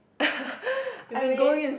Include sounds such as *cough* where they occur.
*laughs* I mean